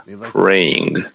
praying